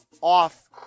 off